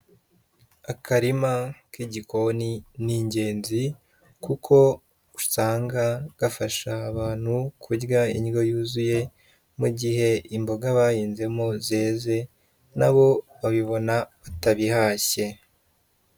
Akarima k'igikoni ni ngenzi kuko usanga gafasha abantu kurya indyo yuzuye, mu gihe imboga bahinzemo zeze, na bo babibona batabihashye.